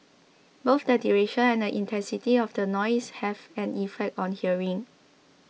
both the duration and the intensity of the noise have an effect on hearing